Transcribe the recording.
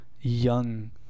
young